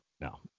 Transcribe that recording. no